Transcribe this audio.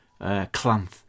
clanth